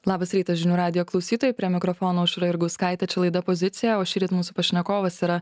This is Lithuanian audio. labas rytas žinių radijo klausytojai prie mikrofono aušra jurgauskaitė čia laida pozicija o šįryt mūsų pašnekovas yra